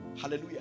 Hallelujah